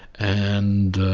and